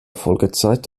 folgezeit